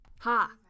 Ha